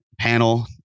panel